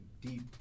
deep